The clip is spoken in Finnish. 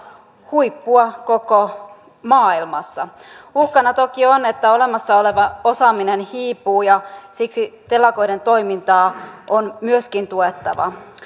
huippua koko maailmassa uhkana toki on että olemassa oleva osaaminen hiipuu ja siksi telakoiden toimintaa on myöskin tuettava